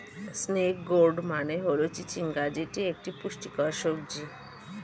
snake gourd মানে হল চিচিঙ্গা যেটি একটি পুষ্টিকর সবজি